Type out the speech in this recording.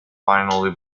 finally